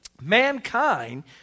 mankind